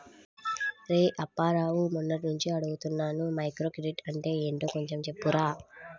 రేయ్ అప్పారావు, మొన్నట్నుంచి అడుగుతున్నాను మైక్రోక్రెడిట్ అంటే ఏంటో కొంచెం చెప్పురా